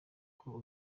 kuko